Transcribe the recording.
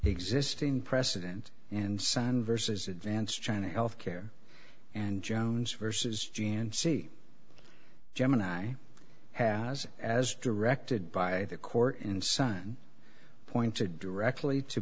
existing precedent and sun versus advanced china health care and jones versus g and c gemini has as directed by the court in sun pointed directly to